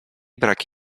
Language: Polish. brak